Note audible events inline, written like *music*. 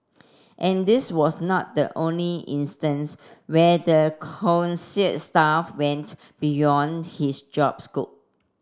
and this was not the only instance where the *unintelligible* staff went beyond his job scope